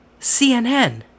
CNN